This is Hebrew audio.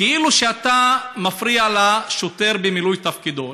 כאילו אתה מפריע לשוטר במילוי תפקידו.